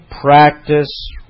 practice